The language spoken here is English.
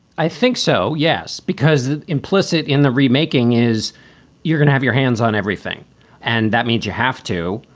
i think so, yes. because implicit in the remaking is you're gonna have your hands on everything and that means you have to.